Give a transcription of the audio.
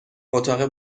اتاق